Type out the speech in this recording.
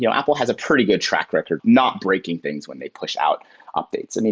you know apple has a pretty good track record not breaking things when they push out updates. i mean,